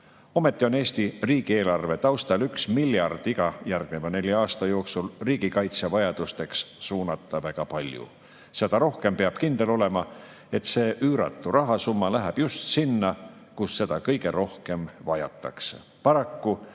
Ometi on Eesti riigieelarve taustal 1 miljard iga järgneva nelja aasta jooksul riigikaitsevajadusteks suunata väga palju. Seda rohkem peab kindel olema, et see üüratu rahasumma läheb just sinna, kus seda kõige rohkem vajatakse.